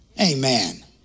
Amen